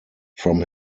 from